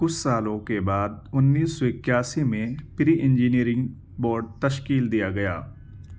کچھ سالوں کے بعد انیس سو اکیاسی میں پری انجینئرنگ بورڈ تشکیل دیا گیا